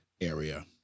area